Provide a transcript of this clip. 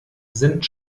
sind